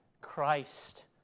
Christ